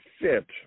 fit